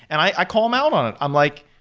and i call him out on it. i'm like,